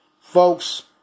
Folks